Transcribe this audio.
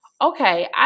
okay